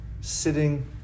sitting